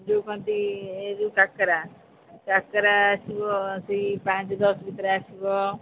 ଯେଉଁ କୁହନ୍ତି ଏ ଯେଉଁ କାକରା କାକରା ଆସିବ ସେଇ ପାଞ୍ଚ ଦଶ ଭିତରେ ଆସିବ